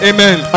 Amen